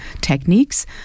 techniques